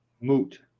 Moot